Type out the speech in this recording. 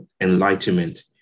enlightenment